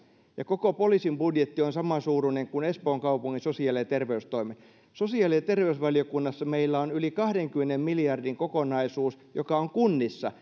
ja että koko poliisin budjetti on samansuuruinen kuin espoon kaupungin sosiaali ja terveystoimen ja sosiaali ja terveysvaliokunnassa meillä on yli kahdenkymmenen miljardin kokonaisuus joka on kunnissa